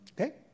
Okay